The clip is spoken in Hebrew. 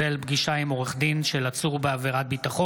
כביש אגרה (כביש ארצי לישראל) (תיקון,